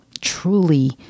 truly